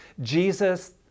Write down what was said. Jesus